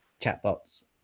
chatbots